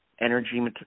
energy